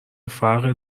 فرق